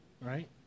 right